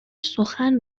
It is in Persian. سخن